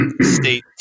state